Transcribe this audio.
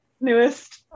newest